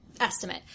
estimate